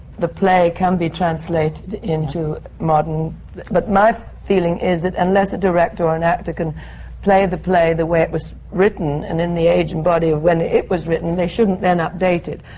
the play can't be translated into modern but my feeling is that unless a director or and actor can play the play the way it was written and in the age and body of when it was written, they shouldn't then update it.